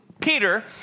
Peter